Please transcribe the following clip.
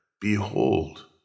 Behold